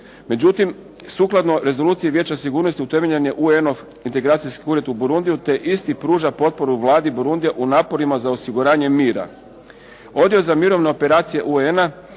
Međutim, sukladno rezoluciji vijeća sigurnosti utemeljen je UN-ov integracijski ured u Borundiju te isti pruža potporu vladi Borundije u naporima za osiguranjem mira. Odjel za mirovne operacije UN-a